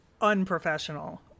unprofessional